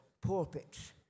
pulpits